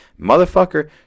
motherfucker